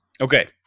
Okay